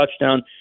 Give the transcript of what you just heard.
touchdown